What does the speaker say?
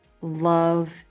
Love